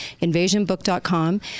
invasionbook.com